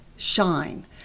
shine